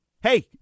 hey